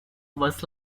was